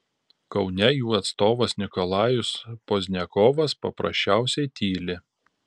kaune jų atstovas nikolajus pozdniakovas paprasčiausiai tyli